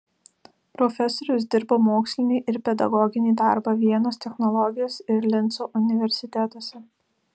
profesorius dirbo mokslinį ir pedagoginį darbą vienos technologijos ir linco universitetuose